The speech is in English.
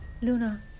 Luna